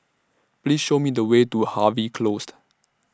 Please Show Me The Way to Harvey Closed